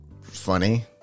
funny